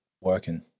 working